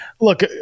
look